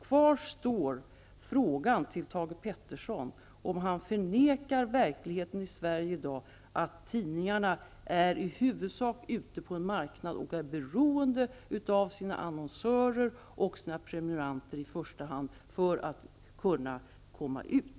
Kvar står frågan till Thage Peterson om han förnekar att verkligheten i Sverige i dag är att tidningarna i huvudsak verkar på en marknad och är beroende av i första hand sina annonsörer och prenumeranter för att kunna komma ut.